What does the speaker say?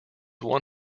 won